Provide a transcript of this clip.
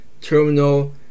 terminal